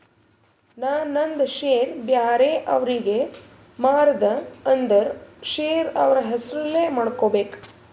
ನಾ ನಂದ್ ಶೇರ್ ಬ್ಯಾರೆ ಅವ್ರಿಗೆ ಮಾರ್ದ ಅಂದುರ್ ಶೇರ್ ಅವ್ರ ಹೆಸುರ್ಲೆ ಮಾಡ್ಕೋಬೇಕ್